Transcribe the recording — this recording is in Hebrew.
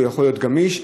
הוא יכול להיות גמיש,